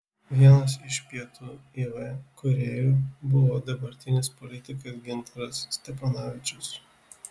vienas iš pietų iv kūrėjų buvo dabartinis politikas gintaras steponavičius